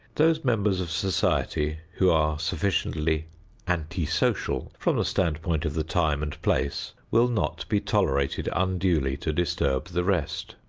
those members of society who are sufficiently anti-social from the standpoint of the time and place will not be tolerated unduly to disturb the rest.